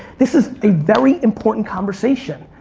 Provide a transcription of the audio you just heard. this is a very important conversation.